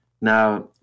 Now